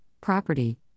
property